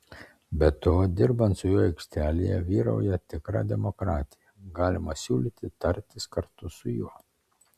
be to dirbant su juo aikštelėje vyrauja tikra demokratija galima siūlyti tartis kartu su juo